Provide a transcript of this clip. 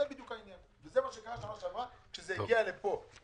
זה בדיוק העניין וזה מה שקרה בשנה שעברה כשזה הגיע לפה.